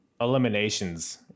eliminations